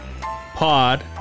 pod